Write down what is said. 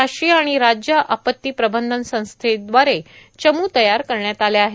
राष्ट्रीय आणि राज्य आपत्ती प्रबंधन संस्थेद्वारे चमू तचार करण्यात आल्या आहेत